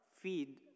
feed